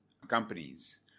companies